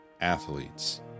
athletes